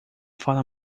fala